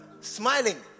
smiling